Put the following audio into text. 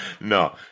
no